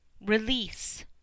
Release